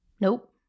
Nope